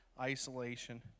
isolation